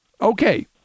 Okay